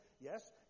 yes